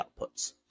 outputs